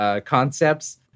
concepts